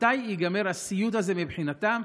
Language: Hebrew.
מתי ייגמר הסיוט הזה מבחינתם,